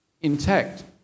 intact